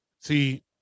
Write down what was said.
see